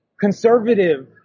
conservative